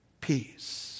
peace